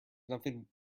nothing